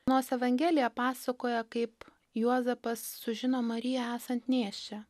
nors evangelija pasakoja kaip juozapas sužino mariją esant nėščią